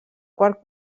quart